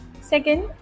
second